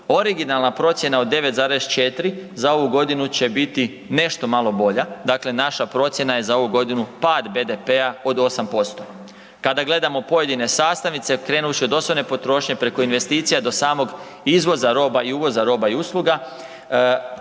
originalna procjena od 9,4 za ovu godinu će bi nešto malo bolja, dakle naša procjena je za ovu godinu pad BDP-a od 8%. Kada gledamo pojedine sastavice krenuvši od osobne potrošnje preko investicija do samog izvoza roba i uvoza roba i usluga,